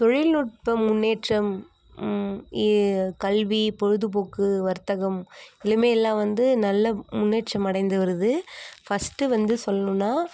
தொழில்நுட்பம் முன்னேற்றம் எ கல்வி பொழுதுபோக்கு வர்த்தகம் இவையுமே எல்லாம் வந்து நல்ல முன்னேற்றம் அடைந்து வருது ஃபஸ்ட்டு வந்து சொல்லணுன்னா